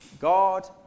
God